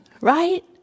right